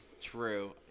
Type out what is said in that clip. True